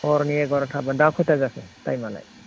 हरनि एघार'ताब्ला दा बेसे जाखो टाइम आ